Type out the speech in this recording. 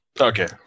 Okay